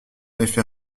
effet